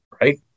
right